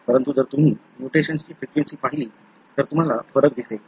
परंतु जर तुम्ही म्यूटेशनची फ्रिक्वेंसी पाहिली तर तुम्हाला फरक दिसेल